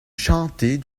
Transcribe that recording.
chanter